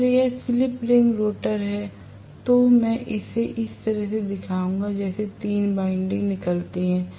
अगर यह slip ring rotor है तो मैं इसे इस तरह से दिखाऊंगा जैसे 3 वाइंडिंग निकलती है